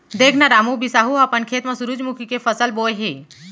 देख न रामू, बिसाहू ह अपन खेत म सुरूजमुखी के फसल बोय हे